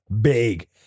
big